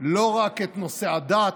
לא רק את נושא הדת,